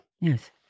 Yes